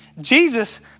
Jesus